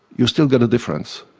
you still get a difference,